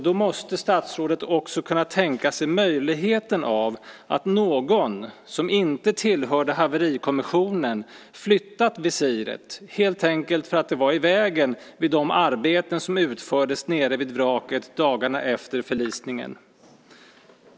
Då måste statsrådet också kunna tänka sig möjligheten av att någon som inte tillhörde haverikommissionen flyttat visiret, helt enkelt därför att det var i vägen vid de arbeten som utfördes nere vid vraket dagarna efter förlisningen.